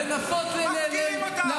אי-אפשר להעלות על הדעת.